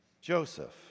Joseph